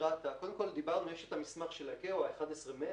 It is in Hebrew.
יש את המסמך של ICAO, ה-11/100